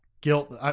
guilt